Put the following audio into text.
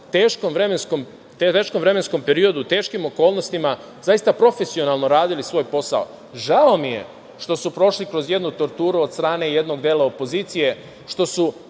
teškom vremenskom periodu, teškim okolnostima, zaista profesionalno radili svoj posao. Žao mi je što su prošli kroz jednu torturu od strane jednog dela opozicije, što su